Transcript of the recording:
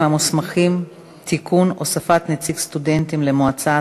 המוסמכים (תיקון) (הוספת נציג סטודנטים למועצה),